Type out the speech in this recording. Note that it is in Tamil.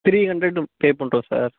த்ரீ ஹண்ரெடும் பே பண்ணுறோம் சார்